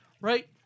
Right